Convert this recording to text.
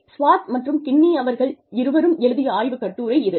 sword மற்றும் Kinney அவர்கள் இருவரும் எழுதிய ஆய்வுக் கட்டுரை இது